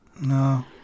No